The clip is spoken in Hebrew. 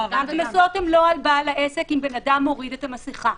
הקנסות הם לא על בעל העסק אם האדם מוריד את המסיכה.